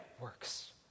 works